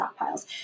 stockpiles